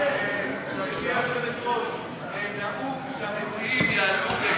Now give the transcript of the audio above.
התשע"ז 2017, נתקבל.